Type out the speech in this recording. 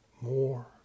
more